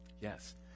Yes